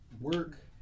work